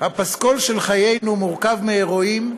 הפסקול של חיינו מורכב מאירועים,